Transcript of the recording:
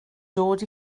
dod